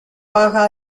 baja